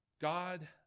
God